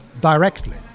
directly